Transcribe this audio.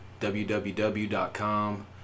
www.com